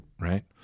right